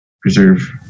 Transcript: preserve